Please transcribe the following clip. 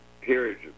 periods